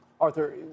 Arthur